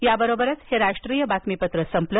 या बरोबरच हे राष्ट्रीय बातमीपत्र संपलं